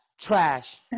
Trash